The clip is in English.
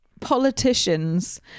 politicians